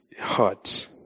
heart